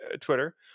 Twitter